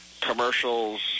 commercials